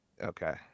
Okay